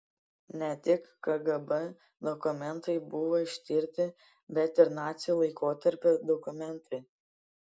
ne tik kgb dokumentai buvo ištirti bet ir nacių laikotarpio dokumentai